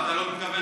ואתה לא מתכוון,